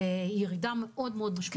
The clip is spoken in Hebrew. בירידה מאוד מאוד משמעותית.